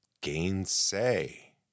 Gainsay